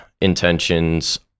intentions